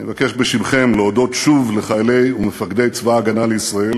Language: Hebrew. אני מבקש בשמכם להודות שוב לחיילי ומפקדי צבא הגנה לישראל